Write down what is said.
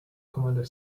commander